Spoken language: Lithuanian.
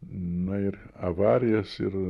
na ir avarijas ir